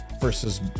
versus